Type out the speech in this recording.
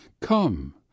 come